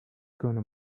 gonna